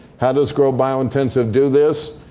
how does grow biointensive do this?